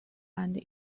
and